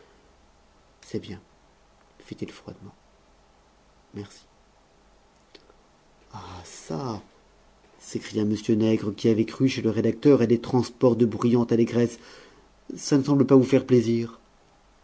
c'est bien fit-il froidement merci ah çà s'écria m nègre qui avait cru chez le rédacteur à des transports de bruyante allégresse ça ne semble pas vous faire plaisir